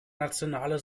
nationale